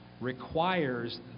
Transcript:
requires